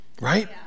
Right